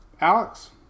Alex